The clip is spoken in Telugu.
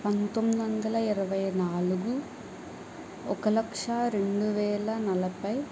పంతొమ్మిది వందల ఇరవై నాలుగు ఒక లక్షా రెండు వేల నలభై